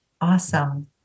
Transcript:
Awesome